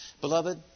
Beloved